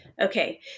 okay